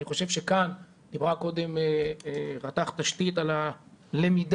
אני חושב שכאן דיברה קודם רת"ח תשתית על הלמידה